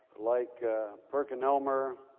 like perkinelmer